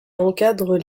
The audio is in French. encadrent